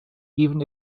even